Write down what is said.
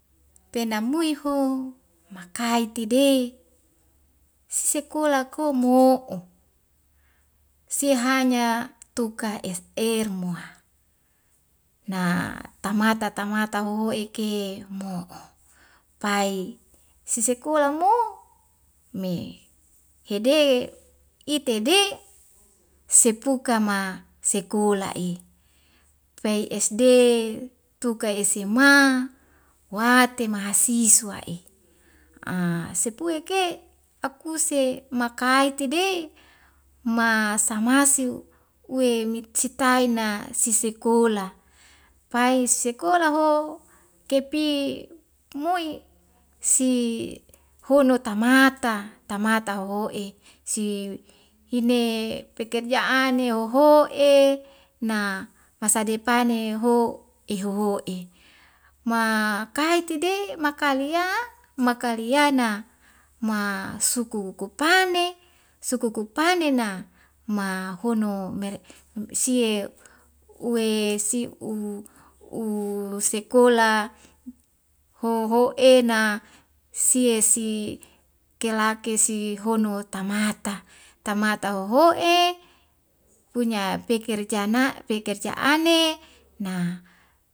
Tenai mui ho makai tidei sesekola ko mo'o sehanya tuka sr mua na tamata tamata hoho'eke mo'o pai sesekola mo me hede itede sepuka ma sekola i pei sd tuka sma wa temahasiswa i a sepue ke akuse makai tede ma samasiu we mits sitaina sisekola pai sekola ho kepi moi sihono tamata tamata hoho'e si hine pekerjaanne hoho'e na masa depane ho' ehoho'e ma kaitide makalia makalia na ma suku koko pane suku kok pane na mahono mere' sie uwe si'u u sekola hoho'ena sie si kelake si hono tamata tamata hoho'e punya pekerjaan na pekerjaanne na